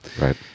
right